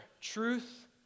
truth